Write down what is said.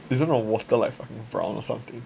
isn't the water like fucking brown or something